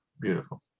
beautiful